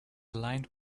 aligned